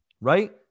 Right